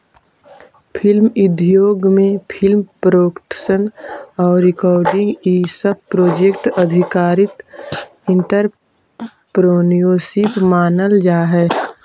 film उद्योग में film production sound recording इ सब प्रोजेक्ट आधारित एंटरप्रेन्योरशिप मानल जा हई